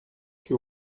que